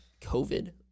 COVID